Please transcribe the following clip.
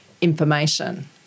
information